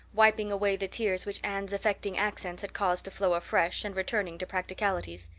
wiping away the tears which anne's affecting accents had caused to flow afresh, and returning to practicalities.